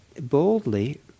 boldly